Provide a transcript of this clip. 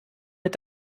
mit